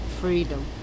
freedom